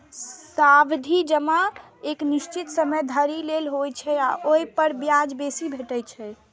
सावधि जमा एक निश्चित समय धरि लेल होइ छै आ ओइ पर ब्याज बेसी भेटै छै